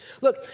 Look